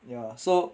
ya so